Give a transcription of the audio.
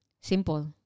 Simple